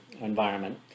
environment